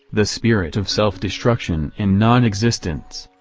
the spirit of self-destruction and non-existence,